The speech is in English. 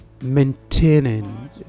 maintaining